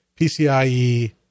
PCIe